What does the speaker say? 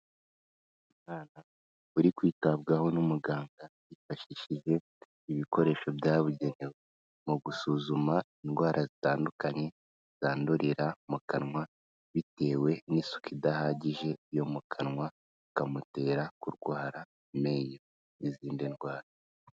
Umwana uri kwitabwaho n'umuganga yifashishije ibikoresho byabugenewe mu gusuzuma indwara zitandukanye zandurira mu kanwa, bitewe n'isuku idahagije yo mu kanwa, bikamutera kurwara amenyo n'izindi ndwara.